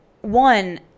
one